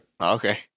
Okay